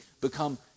become